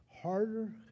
harder